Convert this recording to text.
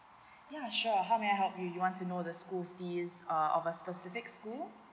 ya sure how may I help you want to know the school fees err of a specific school